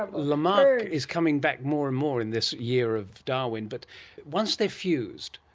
ah lamarck is coming back more and more in this year of darwin. but once they're fused,